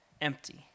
empty